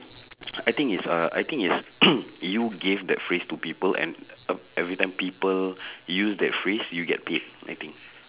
I think it's uh I think it's you gave that phrase to people and every time people use that phrase you get paid I think